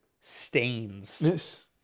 stains